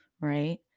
right